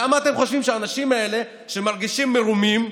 למה אתם חושבים שהאנשים האלה, שמרגישים מרומים,